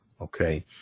Okay